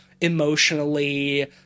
emotionally